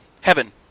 Heaven